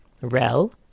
Rel